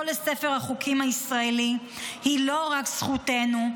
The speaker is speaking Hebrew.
לספר החוקים הישראלי היא לא רק זכותנו,